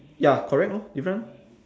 ya correct lor different